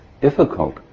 difficult